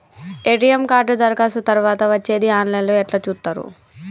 ATM card దరఖాస్తు తరువాత వచ్చేది ఆన్ లైన్ లో ఎట్ల చూత్తరు?